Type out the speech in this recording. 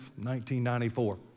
1994